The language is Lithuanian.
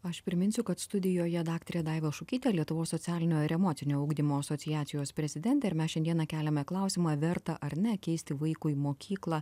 aš priminsiu kad studijoje daktarė daiva šukytė lietuvos socialinio ir emocinio ugdymo asociacijos prezidentė ir mes šiandieną keliame klausimą verta ar ne keisti vaikui mokyklą